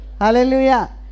Hallelujah